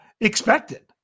expected